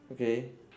okay